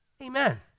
Amen